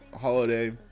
holiday